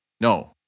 No